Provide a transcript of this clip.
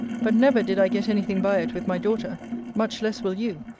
but never did i get any thing by it with my daughter much less will you.